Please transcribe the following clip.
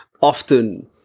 Often